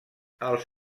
els